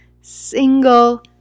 single